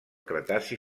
cretaci